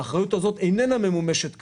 האחריות הזאת איננה ממומשת היום.